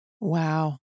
Wow